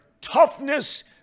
toughness